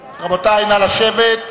רבותי, נא לשבת.